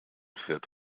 fährt